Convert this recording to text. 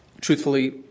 Truthfully